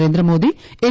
Narendra Modi N